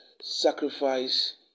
sacrifice